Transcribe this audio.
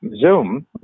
Zoom